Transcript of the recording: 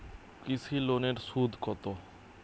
কৃষি লোনের সুদ কত?